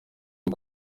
bwo